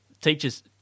teachers